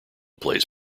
plays